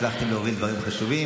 אבל הצלחנו להעביר דברים חשובים.